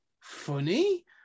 funny